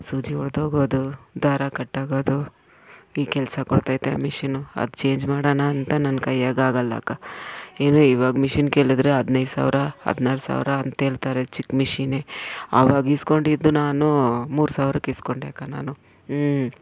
ಸೂಜಿ ಒಡೆದೋಗೋದು ದಾರ ಕಟ್ಟಾಗೋದು ಈ ಕೆಲಸ ಕೊಡ್ತೈತೆ ಮಿಷಿನ್ನು ಅದು ಚೇಂಜ್ ಮಾಡೋಣ ಅಂತ ನನ್ನ ಕೈಯ್ಯಾಗಾಗಲ್ಲಕ್ಕ ಏನೋ ಇವಾಗ ಮಿಷಿನ್ ಕೇಳಿದ್ರೆ ಹದ್ನೈದು ಸಾವಿರ ಹದ್ನಾರು ಸಾವಿರ ಅಂಥೇಳ್ತಾರೆ ಚಿಕ್ಕ ಮಿಷಿನ್ನೇ ಆವಾಗ ಈಸ್ಕೊಂಡಿದ್ದು ನಾನು ಮೂರು ಸಾವ್ರಕ್ಕೆ ಈಸ್ಕೊಂಡೆ ಅಕ್ಕ ನಾನು ಹ್ಞೂ